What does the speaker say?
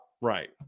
Right